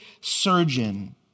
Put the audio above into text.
surgeon